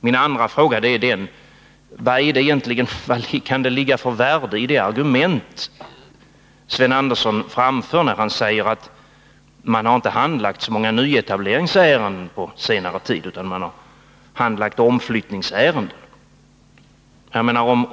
Min andra fråga lyder: Vad kan det ligga för värde i det argument som Sven Andersson framför, när han säger att nämnden för bankkontorsetablering inte har handlagt särskilt många nyetableringsärenden utan att ärendena företrädesvis gällt omflyttning?